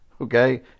okay